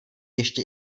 ještě